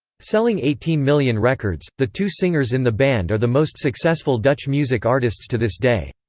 selling eighteen million records, the two singers in the band are the most successful dutch music artists to this day.